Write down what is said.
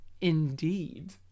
indeed